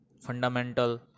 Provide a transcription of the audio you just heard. fundamental